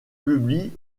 publie